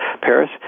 Paris